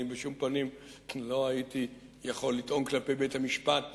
אני בשום פנים לא הייתי יכול לטעון כלפי בית-המשפט